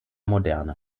moderne